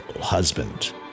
husband